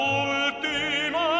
última